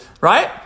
Right